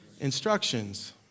instructions